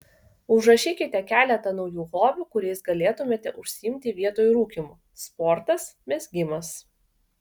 užrašykite keletą naujų hobių kuriais galėtumėte užsiimti vietoj rūkymo sportas mezgimas